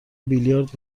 بیلیارد